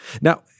Now